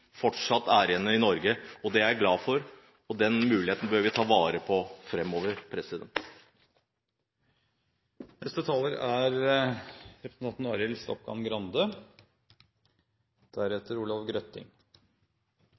fortsatt er igjen i Norge. Det er jeg glad for, og den muligheten bør vi ta vare på framover. Presidenten antar at representanten